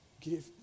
give